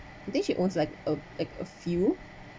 I think she owns like a like a few